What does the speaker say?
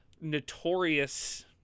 notorious